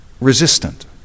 resistant